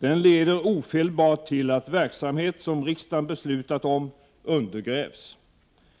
De leder ofelbart till att verksamhet som riksdagen beslutat om undergrävs.